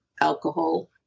alcohol